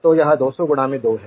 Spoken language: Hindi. तो यह 2002 है